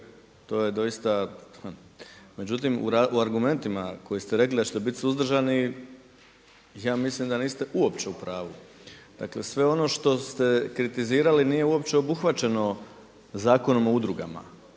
To je doista. Međutim u argumentima koji ste rekli da ćete biti suzdržani, ja mislim da niste uopće u pravu. Dakle, sve ono što ste kritizirali nije uopće obuhvaćeno Zakonom o udrugama